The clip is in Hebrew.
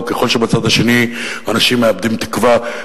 וככל שבצד השני אנשים מאבדים תקווה,